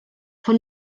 von